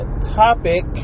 topic